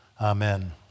Amen